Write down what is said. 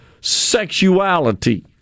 sexuality